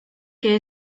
que